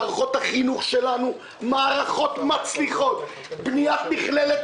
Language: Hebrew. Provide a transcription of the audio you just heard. מערכות החינוך שלנו הן מערכות מצליחות: בניית מכללת